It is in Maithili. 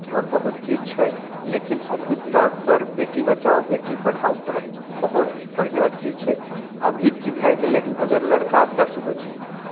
आओर बहुत चीज छै लेकिन अभीके तौरपर बेटी बचाओ बेटी पढ़ाओके तहत बहुत बढ़िआँ चीज छै अभी की भए गेलय हन अगर लड़िका दस गो छै